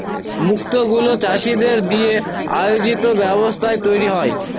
মুক্ত গুলো চাষীদের দিয়ে আয়োজিত ব্যবস্থায় তৈরী হয়